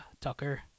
Tucker